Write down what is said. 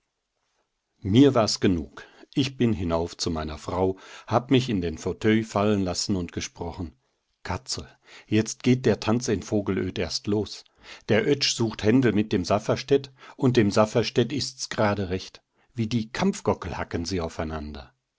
mir war's genug ich bin hinauf zu meiner frau hab mich in den fauteuil fallen lassen und gesprochen katzel jetzt geht der tanz in vogelöd erst los der oetsch sucht händel mit dem safferstätt und dem safferstätt ist's gerade recht wie die kampfgockel hacken sie aufeinander